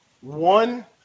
One